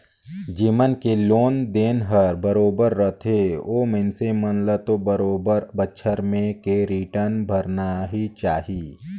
जेमन के लोन देन हर बरोबर रथे ओ मइनसे मन ल तो बरोबर बच्छर में के रिटर्न भरना ही चाही